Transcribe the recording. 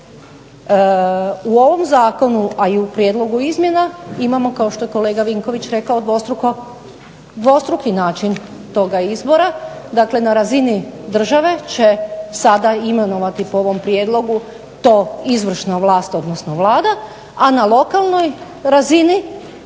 U ovom zakonu, a i u prijedlogu izmjena imamo kao što je kolega Vinković rekao, dvostruki način toga izbora, dakle na razini države će sada imenovati po ovom prijedlogu to izvršna vlast odnosno Vlada, a na lokalnoj razini će